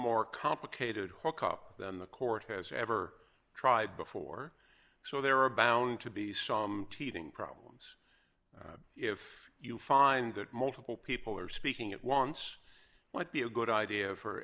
more complicated hookup than the court has ever tried before so there are bound to be some teething problems if you find that multiple people are speaking at once what be a good idea for